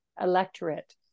electorate